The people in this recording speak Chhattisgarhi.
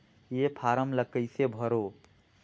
ये फारम ला कइसे भरो?